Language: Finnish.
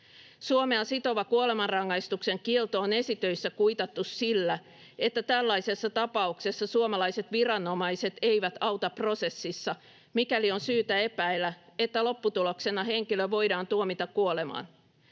Suomea sitova kuolemanrangaistuksen kielto on esitöissä kuitattu sillä, että tällaisessa tapauksessa suomalaiset viranomaiset eivät auta prosessissa, mikäli on syytä epäillä, että lopputuloksena henkilö voidaan tuomita kuolemaan.